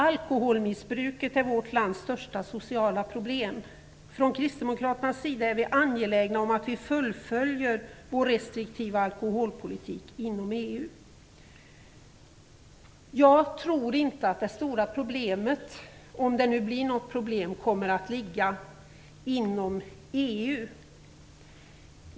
Alkoholmissbruket är vårt lands största sociala problem. Från kristdemokraternas sida är vi angelägna om att vi fullföljer vår restriktiva alkoholpolitik inom Jag tror inte att det stora problemet, om det nu blir något problem, kommer att ligga inom EU.